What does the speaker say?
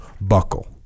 buckle